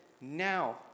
Now